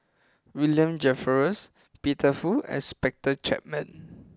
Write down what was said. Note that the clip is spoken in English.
William Jervois Peter Fu and Spencer Chapman